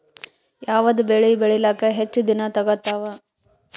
ಯಾವದ ಬೆಳಿ ಬೇಳಿಲಾಕ ಹೆಚ್ಚ ದಿನಾ ತೋಗತ್ತಾವ?